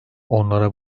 onlara